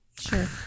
Sure